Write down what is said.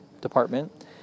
department